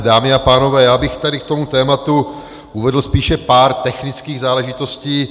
Dámy a pánové, já bych tady k tomu tématu uvedl spíše pár technických záležitostí.